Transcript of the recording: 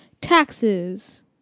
taxes